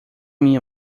minha